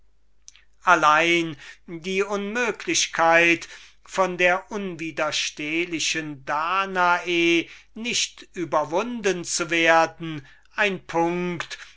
allein die unmöglichkeit von der unwiderstehlichen danae nicht überwunden zu werden ein punkt